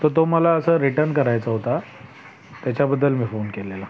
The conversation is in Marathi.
तर तो मला आज रिटन करायचा होता त्याच्याबद्दल मी फोन केलेला